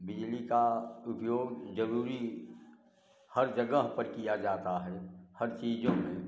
बिजली का उपयोग जरूरी हर जगह पर किया जाता है हर चीजों में